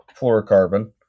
fluorocarbon